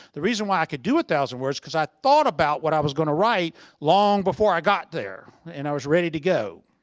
the reason why i could do one thousand words cause i thought about what i was going to write long before i got there. and i was ready to go.